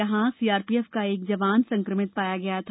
यहां सीआरपीएफ का एक जवान संक्रमित पाया गया था